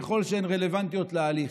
ככל שהן רלוונטיות להליך".